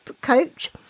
coach